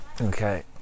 okay